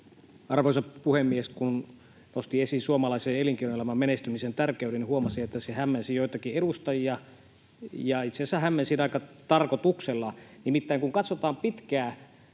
Arvoisa puhemies! Kun nostin esiin suomalaisen elinkeinoelämän menestymisen tärkeyden, huomasin, että se hämmensi joitakin edustajia — ja itse asiassa hämmensin tarkoituksella. Nimittäin kun katsotaan pitkää